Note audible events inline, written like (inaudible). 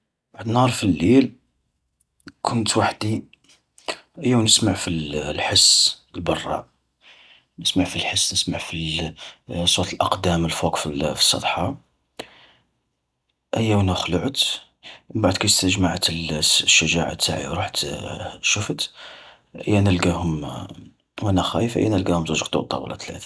وحد النهار في الليل، كنت وحدي ايا ونسمع في (hesitation) الحس البرا. نسمع في الحس نسمع في (hesitation) الصوت الأقدام الفوق في (hesitation) في السطحة، ايا و انا خلعت، بعد كي استجمعت (hesitation) الس-شجاعة تاعي ورحت (hesitation) شفت، ايا نلقاهم (hesitation) وانا خايف ايا نلقاهم زوج قطوطة ولا تلاثة.